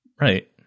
Right